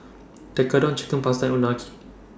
Tekkadon Chicken Pasta Unagi